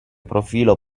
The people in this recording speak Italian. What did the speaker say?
profilo